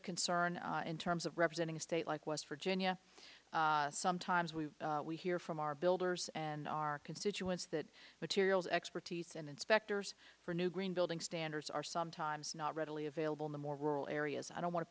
of concern in terms of representing a state like west virginia sometimes we we hear from our builders and our constituents that materials expertise and inspectors for new green building standards are sometimes not readily available in the more rural areas i don't want to